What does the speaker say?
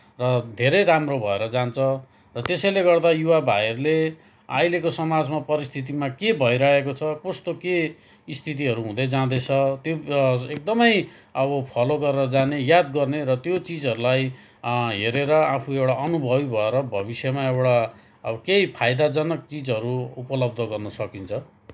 र धेरै राम्रो भएर जान्छ र त्यसैले गर्दा युवा भाइहरूले अहिलेको समाजमा परिस्थितिमा के भइरहेको छ कस्तो के स्थितिहरू हुँदै जाँदैछ त्यो एकदमै अब फलो गरेर जाने याद गर्ने र त्यो चिजहरूलाई हेरेर आफू एउटा अनुभवी भएर भविष्यमा एउटा अब केही फाइदाजनक चिजहरू उपलब्ध गर्न सकिन्छ